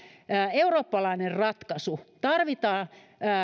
eurooppalainen ratkaisu tarvitaan